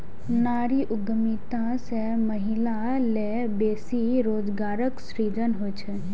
नारी उद्यमिता सं महिला लेल बेसी रोजगारक सृजन होइ छै